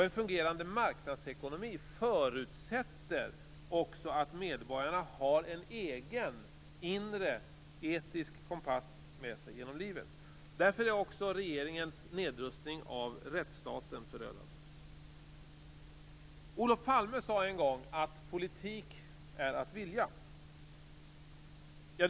En fungerande marknadsekonomi förutsätter också att medborgarna har en egen inre etisk kompass med sig genom livet. Därför är också regeringens nedrustning av rättsstaten förödande. Olof Palme sade en gång att politik är att vilja.